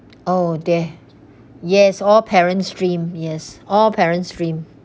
oh dear yes all parents dream yes all parents dream